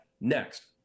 next